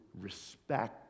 respect